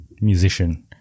musician